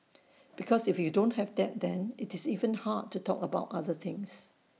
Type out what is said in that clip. because if you don't have that then IT is even hard to talk about other things